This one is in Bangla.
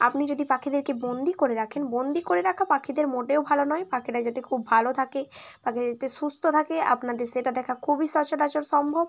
আপনি যদি পাখিদেরকে বন্দি করে রাখেন বন্দি করে রাখা পাখিদের মোটেও ভালো নয় পাখিটা যাতে খুব ভালো থাকে পাখিরা যাতে সুস্থ থাকে আপনাদের সেটা দেখা খুবই সচরাচর সম্ভব